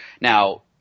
now